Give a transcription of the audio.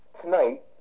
tonight